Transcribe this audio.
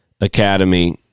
academy